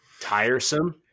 tiresome